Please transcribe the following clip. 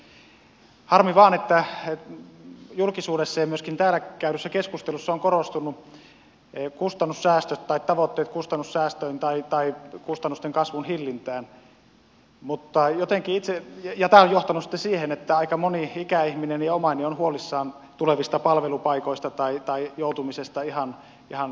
harmi vain että julkisuudessa ja myöskin täällä käydyssä keskustelussa ovat korostuneet kustannussäästöt tai tavoitteet kustannussäästöön tai kustannusten kasvun hillintään ja tämä on johtanut sitten siihen että aika moni ikäihminen ja omainen on huolissaan tulevista palvelupaikoista tai joutumisesta ihan tyhjän päälle